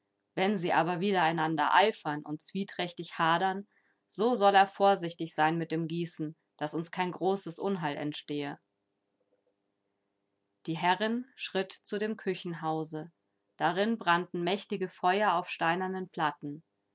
wenn sie aber widereinander eifern und zwieträchtig hadern so soll er vorsichtig sein mit dem gießen daß uns kein großes unheil entstehe die herrin schritt zu dem küchenhause darin brannten mächtige feuer auf steinernen platten